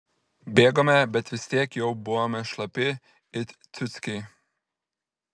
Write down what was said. bėgome bet vis tiek jau buvome šlapi it ciuckiai